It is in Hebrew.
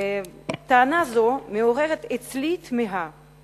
טענה זו מעוררת אצלי תמיהה